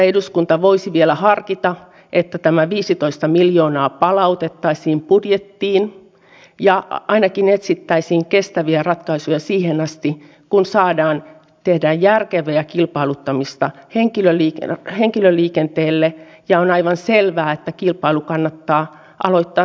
eduskunta ei toki ole tavallinen työpaikka mutta siitä huolimatta näiden sanojen sisältöä voisi miettiä tässäkin kontekstissa koska joka tapauksessa puhumme täälläkin näistä asioista ja melkeinpä jopa vannomme niiden nimiin